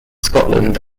scotland